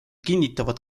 kinnitavad